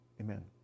Amen